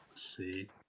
see